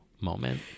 moment